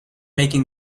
making